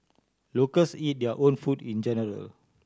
locals eat their own food in general